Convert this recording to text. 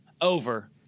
Over